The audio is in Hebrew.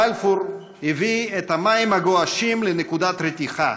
בלפור הביא את המים הגועשים לנקודת רתיחה.